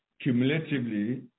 cumulatively